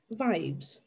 vibes